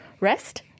rest